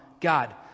God